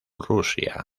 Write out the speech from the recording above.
rusia